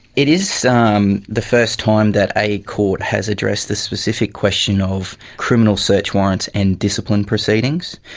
it is um the first time that a court has addressed the specific question of criminal search warrants and discipline proceedings.